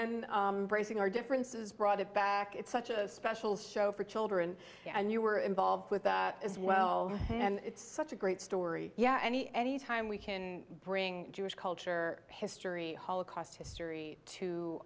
then bracing our differences brought it back it's such a special show for children and you were involved with that as well and it's such a great story yeah any any time we can bring jewish culture history holocaust history to